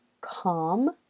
calm